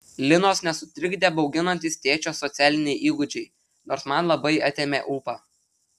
linos nesutrikdė bauginantys tėčio socialiniai įgūdžiai nors man labai atėmė ūpą